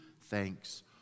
thanks